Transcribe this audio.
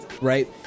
right